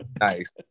Nice